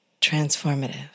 transformative